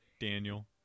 Daniel